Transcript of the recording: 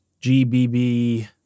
gbb